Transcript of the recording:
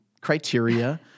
criteria